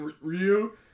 Ryu